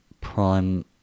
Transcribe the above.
prime